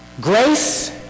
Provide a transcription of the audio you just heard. grace